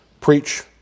preach